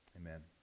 Amen